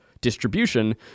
distribution